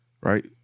right